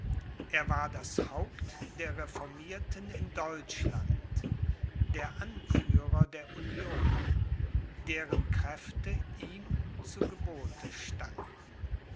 er war das haupt der reformierten in deutschland der anführer der union deren kräfte ihm zu gebote standen